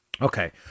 okay